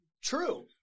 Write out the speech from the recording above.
True